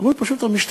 אמרו לי: פשוט המשטרה,